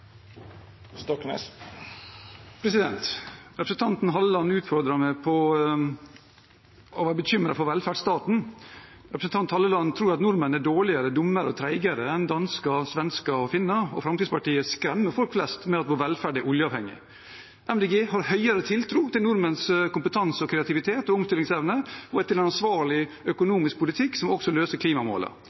Stoknes har hatt ordet to gonger tidlegare og får ordet til ein kort merknad, avgrensa til 1 minutt. Representanten Halleland utfordret meg på å være bekymret for velferdsstaten. Representanten Halleland tror at nordmenn er dårligere, dummere og tregere enn dansker, svensker og finner. Fremskrittspartiet skremmer folk flest med at vår velferd er oljeavhengig. Miljøpartiet De Grønne har høyere tiltro til nordmenns kompetanse, kreativitet og omstillingsevne og til en ansvarlig økonomisk